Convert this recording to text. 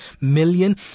million